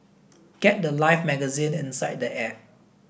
get the life magazine inside the app